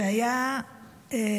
שהיה דואג